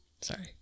Sorry